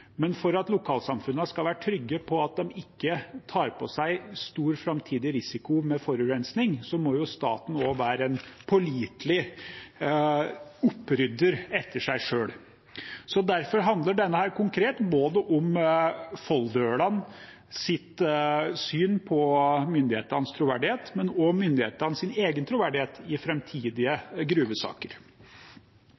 Men for at lokalsamfunnene skal være trygge på at de ikke tar på seg en stor framtidig risiko med forurensning, må staten være en pålitelig opprydder etter seg selv. Derfor handler dette konkret både om folldølenes syn på myndighetenes troverdighet og om myndighetenes troverdighet i